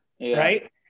Right